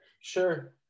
sure